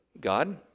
God